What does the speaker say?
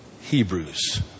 Hebrews